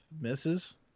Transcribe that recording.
misses